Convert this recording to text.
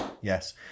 Yes